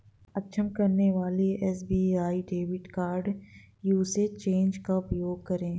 अक्षम करने वाले SBI debit card usage change का उपयोग करें